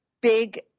big